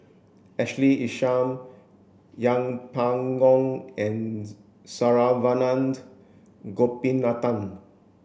Ashley Isham Yeng Pway Ngon and Saravanan Gopinathan